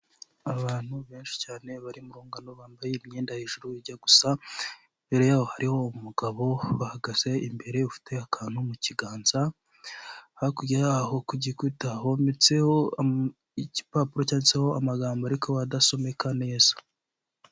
Abantu benshi cyane bari mu rugano bambaye imyenda hejuru ijya gusa, Imbere yaho hariho umugabo uhagaze imbere ufite akantu mu kiganza, hakurya yaho ku gikuta hometseho igipapuro cyanditseho amagambo ariko adasomeka neza.